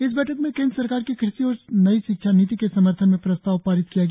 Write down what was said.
इस बैठक में केंद्र सरकार की कृषि और नई शिक्षा नीति के समर्थन में प्रस्ताव पारित किया गया